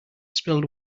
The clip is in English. spilled